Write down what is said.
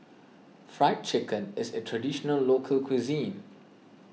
Fried Chicken is a Traditional Local Cuisine